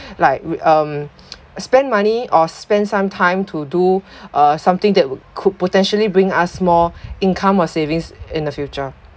like we um spend money or spend some time to do uh something that w~ could potentially bring us more income or savings in the future